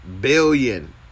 billion